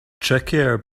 trickier